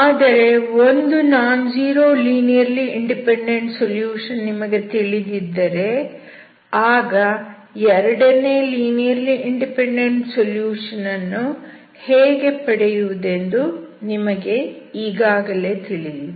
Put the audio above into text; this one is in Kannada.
ಆದರೆ ಒಂದು non zero linearly independent solution ನಿಮಗೆ ತಿಳಿದಿದ್ದರೆ ಆಗ ಎರಡನೇ ಲೀನಿಯರ್ಲಿ ಇಂಡಿಪೆಂಡೆಂಟ್ ಸೊಲ್ಯೂಷನ್ ಅನ್ನು ಹೇಗೆ ಪಡೆಯುವುದೆಂದು ನಿಮಗೆ ಈಗಾಗಲೇ ತಿಳಿದಿದೆ